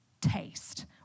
taste